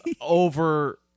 over